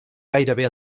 gairebé